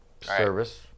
service